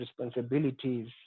responsibilities